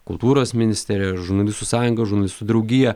kultūros ministerija žurnalistų sąjunga žurnalistų draugija